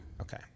Okay